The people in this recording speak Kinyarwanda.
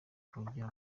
kongera